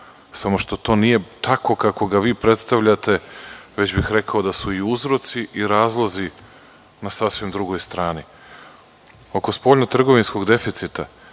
samo što to nije tako kako ga vi predstavljate, već bih rekao da su i uzroci i razlozi na sasvim drugoj strani. Oko spoljnotrgovinskog deficita,